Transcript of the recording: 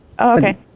okay